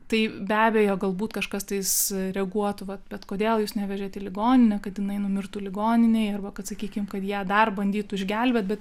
tai be abejo galbūt kažkas tais reaguotų vat bet kodėl jūs nevežėt į ligoninę kad jinai numirtų ligoninėj arba kad sakykim kad ją dar bandytų išgelbėt bet